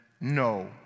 no